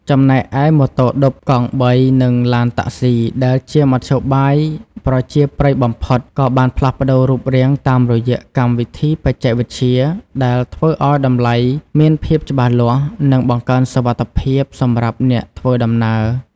ចំណែកឯ ម៉ូតូឌុប កង់បី និងឡានតាក់ស៊ី ដែលជាមធ្យោបាយប្រជាប្រិយបំផុត ក៏បានផ្លាស់ប្ដូររូបរាងតាមរយៈកម្មវិធីបច្ចេកវិទ្យា ដែលធ្វើឱ្យតម្លៃមានភាពច្បាស់លាស់ និងបង្កើនសុវត្ថិភាពសម្រាប់អ្នកធ្វើដំណើរ។